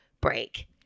break